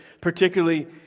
particularly